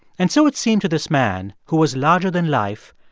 and so it seemed to this man, who was larger than life,